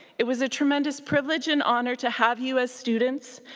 it was a tremendous privilege and honour to have you as students,